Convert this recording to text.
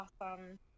awesome